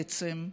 בעצם?